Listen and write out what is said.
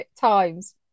times